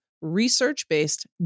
research-based